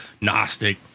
Gnostic